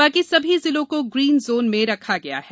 बाकी सभी जिलों को ग्रीन जोन में रखा गया हैं